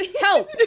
Help